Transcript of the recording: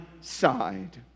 side